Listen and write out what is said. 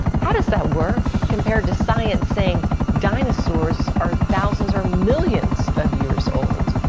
how does that work compared to science saying dinosaurs are thousands or millions of years old?